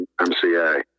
MCA